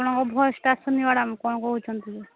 ଆପଣଙ୍କ ଭଏସଟା ଆସୁନି ମ୍ୟାଡମ୍ କ'ଣ କହୁଛନ୍ତି